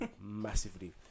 massively